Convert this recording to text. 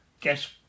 get